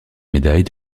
médaille